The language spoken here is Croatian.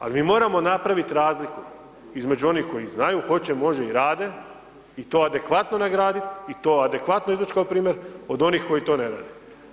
Ali mi moramo napraviti razliku između onih koji znaju, hoće, može i rade i to adekvatno nagraditi i to adekvatno izvući kao primjer od onih koji to ne rade.